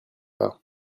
pas